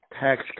tax